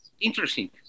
interesting